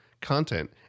content